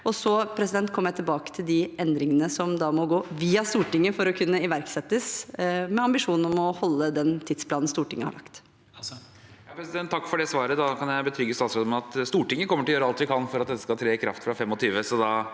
Så kommer jeg tilbake til de endringene som da må gå via Stortinget for å kunne iverksettes, med ambisjon om å holde den tidsplanen Stortinget har lagt. Henrik Asheim (H) Takk for svaret. Jeg kan betrygge statsråden om at Stortinget kommer til å gjøre alt vi kan for at dette skal tre i kraft fra 2025